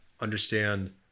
understand